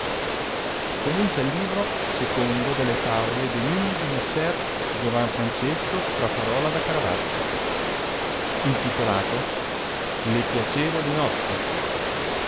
comincia il li ero secondo delle favole et enigmi di messer giovan francesco straparola da caravaggio intitolato le jaiacevoli notti